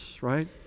right